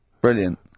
Brilliant